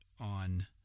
on